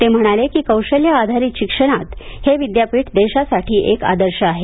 ते म्हणाले की कौशल्य आधारित शिक्षणात हे विद्यापीठ देशासाठी एक आदर्श आहे